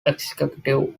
executive